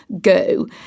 Go